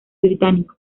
británico